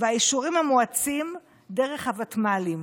והאישורים המואצים דרך הוותמ"לים,